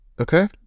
Okay